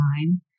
time